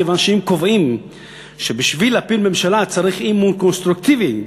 כיוון שאם קובעים שבשביל להפיל ממשלה צריך אי-אמון קונסטרוקטיבי,